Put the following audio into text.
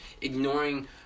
ignoring